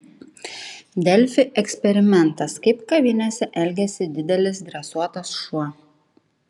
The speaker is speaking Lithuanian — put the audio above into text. delfi eksperimentas kaip kavinėse elgiasi didelis dresuotas šuo